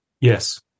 Yes